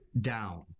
down